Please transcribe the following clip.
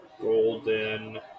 Golden